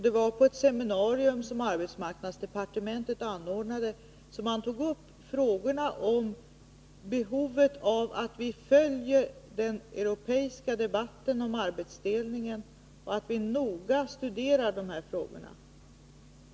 Det var på ett seminarium som arbetsmarknadsdepartementet anordnade som Rudolf Meidner tog upp frågorna om behovet av att följa den europeiska debatten om arbetsdelning och noga studera de här frågorna.